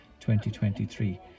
2023